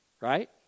Right